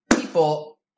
people